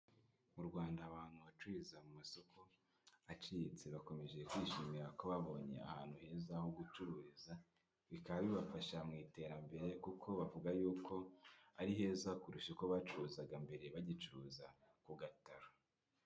M'u Rwanda abantu bacururiza mu masoko aciriritse bakomeje kwishimira ko babonye ahantu heza ho gucururiza bikaba bibafasha mu iterambere kuko bavuga y'uko ari heza kurusha uko bacuruzaga mbere bagicuruza ku gataro.